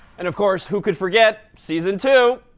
and of course, who could forget season two?